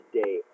day